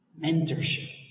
mentorship